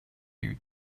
you